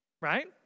Right